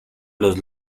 los